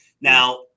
Now